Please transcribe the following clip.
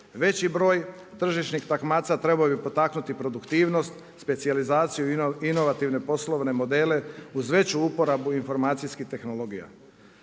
veći broj tržišnih takmaca trebao bi potaknuti produktivnost, specijalizaciju i inovativne poslovne modele uz veću uporabu informacijskih tehnologija.